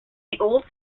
old